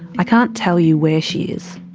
i can't tell you where she is.